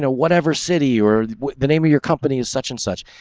whatever city or the name of your company is such and such.